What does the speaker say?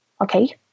okay